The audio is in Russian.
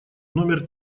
номер